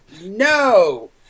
no